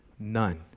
None